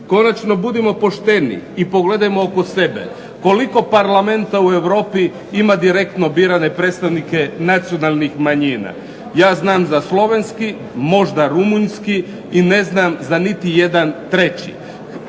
Konačno, budimo pošteni i pogledajmo oko sebe. Koliko parlamenta u Europi ima direktno birane predstavnike nacionalnih manjina? Ja znam za slovenski, možda rumunjski i ne znam za niti jedan treći.